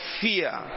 fear